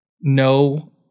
No